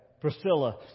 Priscilla